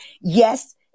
yes